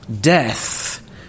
Death